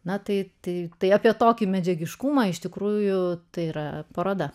na tai tiktai apie tokį medžiagiškumą iš tikrųjų tai yra paroda